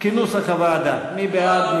מי בעד?